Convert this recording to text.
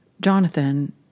Jonathan